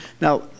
Now